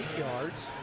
yards.